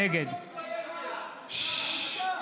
נגד איך את לא מתביישת --- בושה, בושה.